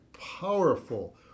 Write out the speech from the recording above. powerful